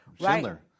Schindler